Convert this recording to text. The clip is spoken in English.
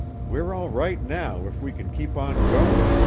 we're all right now if we kin keep on goin',